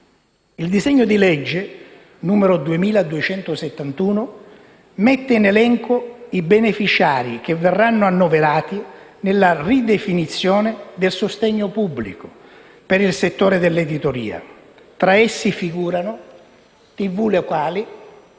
Il disegno di legge n. 2271 mette in elenco i beneficiari che verranno annoverati nella ridefinizione del sostegno pubblico per il settore dell'editoria. Tra essi figurano